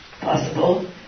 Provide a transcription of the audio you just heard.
possible